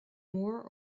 more